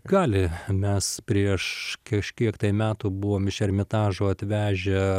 gali mes prieš kažkiek metų buvom iš ermitažo atvežę